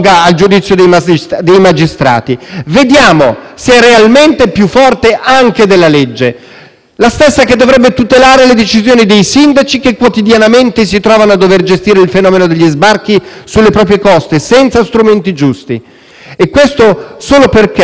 la stessa che dovrebbe tutelare le decisioni dei sindaci che quotidianamente si trovano a dover gestire il fenomeno degli sbarchi sulle proprie coste senza gli strumenti giusti. E questo solo perché, per l'interesse propagandistico di quello che vuole apparire come un uomo forte, si stanno sacrificando